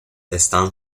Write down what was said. están